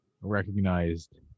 recognized